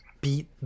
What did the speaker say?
beat